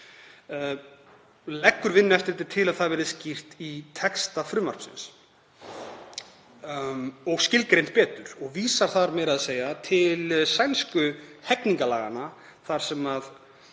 Leggur Vinnueftirlitið til að það verði skýrt í texta frumvarpsins og skilgreint betur og vísar þar meira að segja til sænsku hegningarlaganna þar sem